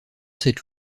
cette